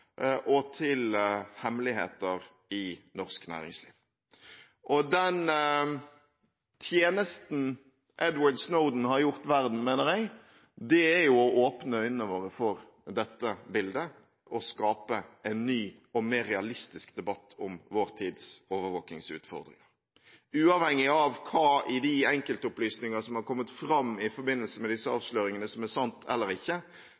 og til hemmeligheter i norsk næringsliv. Den tjenesten Edward Snowden har gjort verden, mener jeg, er å åpne øynene våre for dette bildet – å skape en ny og mer realistisk debatt om vår tids overvåkingsutfordringer. Uavhengig av hva i enkeltopplysningene som har kommet fram i forbindelse med disse avsløringene som er sant eller ikke,